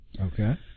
Okay